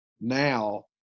now